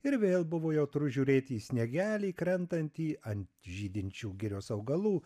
ir vėl buvo jautru žiūrėti į sniegelį krentantį ant žydinčių girios augalų